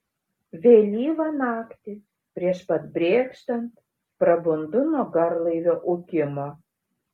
vėlyvą naktį prieš pat brėkštant prabundu nuo garlaivio ūkimo